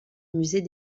musée